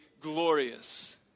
glorious